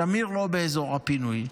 שמיר לא באזור הפינוי.